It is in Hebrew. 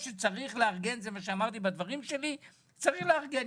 כמו שאמרתי בדבריי, צריך לארגן.